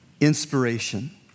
inspiration